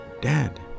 Dad